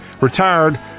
retired